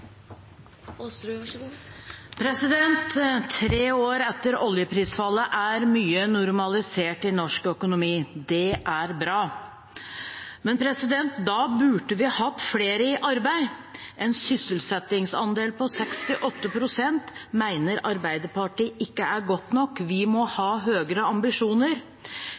mye normalisert i norsk økonomi. Det er bra. Men da burde vi hatt flere i arbeid. En sysselsettingsandel på 68 pst. mener Arbeiderpartiet ikke er godt nok. Vi må ha høyere ambisjoner.